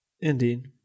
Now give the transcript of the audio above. Indeed